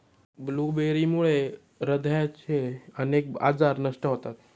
ब्लूबेरीमुळे हृदयाचे अनेक आजार नष्ट होतात